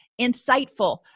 insightful